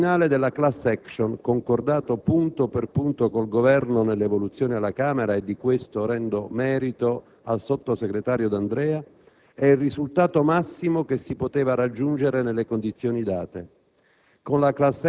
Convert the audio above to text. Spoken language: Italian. il testo finale della norma sulla *class action*, concordato punto per punto con il Governo nell'evoluzione alla Camera (di ciò rendo merito al sottosegretario D'Andrea), è il massimo risultato che si poteva raggiungere nelle condizioni date.